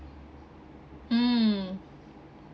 mm